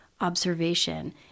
observation